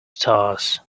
stars